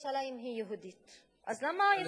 ירושלים היא יהודית, אז למה, נא לסכם.